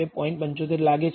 75 લાગે છે